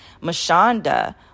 Mashonda